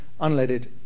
unleaded